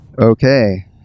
Okay